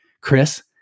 Chris